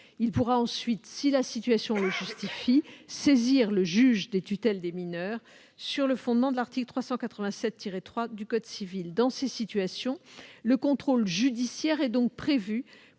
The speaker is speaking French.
Il pourra ensuite, si la situation le justifie, saisir le juge des tutelles des mineurs, sur le fondement de l'article 387-3 du code civil. Dans ces situations, le contrôle judiciaire est prévu